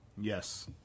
Yes